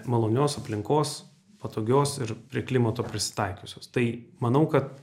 malonios aplinkos patogios ir prie klimato prisitaikiusios tai manau kad